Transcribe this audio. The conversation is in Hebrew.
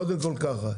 קודם כל ככה,